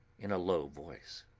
in a low voice.